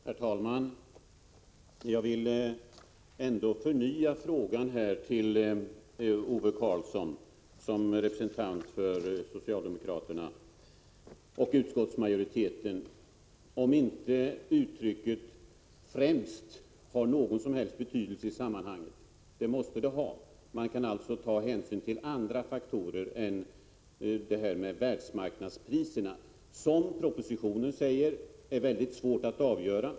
Herr talman! Jag vill ändå förnya frågan till Ove Karlsson, som representant för socialdemokraterna och utskottsmajoriteten, om inte uttrycket ”främst” har någon som helst betydelse i sammanhanget. Det måste det ha. Man kan alltså ta hänsyn till andra faktorer än världsmarknadspriserna, vilka enligt propositionen är mycket svåra att avgöra.